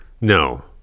No